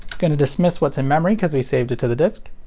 gonna dismiss what's in memory because we saved it to the disk.